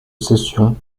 cession